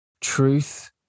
truth